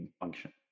function